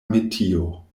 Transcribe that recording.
metio